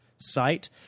site